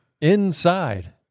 inside